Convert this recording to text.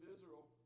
Israel